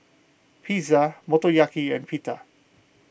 Pizza Motoyaki and Pita